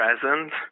present